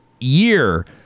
year